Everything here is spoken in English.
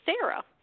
Sarah